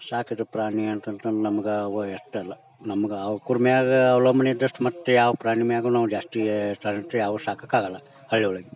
ಸಾಕಿದ ಪ್ರಾಣಿ ಅಂತಂತಂದ್ರೆ ನಮ್ಗೆ ಅವು ಎಷ್ಟೆಲ್ಲ ನಮಗೆ ಅವುಕುರ್ ಮ್ಯಾಗ ಅವ್ಲಂಬ್ನೆ ಇದ್ದಷ್ಟು ಮತ್ತೆ ಯಾವ ಪ್ರಾಣಿ ಮ್ಯಾಗೂ ನಾವು ಜಾಸ್ತಿ ಅವು ಸಾಕೋಕ್ಕಾಗೋಲ್ಲ ಹಳ್ಳಿಯೊಳಗೆ